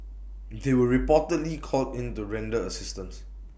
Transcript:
they were reportedly called in to render assistance